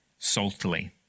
saltily